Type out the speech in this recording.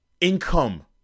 income